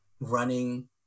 running